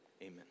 Amen